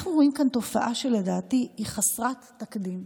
תופעה שהיא חסרת תקדים,